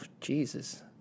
Jesus